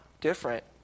different